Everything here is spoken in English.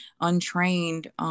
untrained